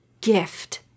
gift